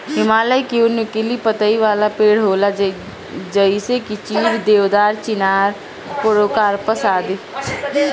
हिमालय की ओर नुकीला पतइ वाला पेड़ होला जइसे की चीड़, देवदार, चिनार, पोड़ोकार्पस आदि